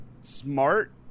smart